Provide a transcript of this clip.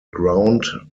ground